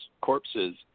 corpses